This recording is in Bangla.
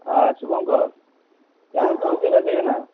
হ্যাঁ শুভঙ্কর কেমন চলছে বেচাকেনা